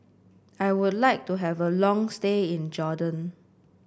I would like to have a long stay in Jordan